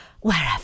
Wherever